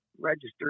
registered